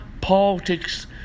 politics